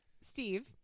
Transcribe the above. Steve